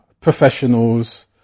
professionals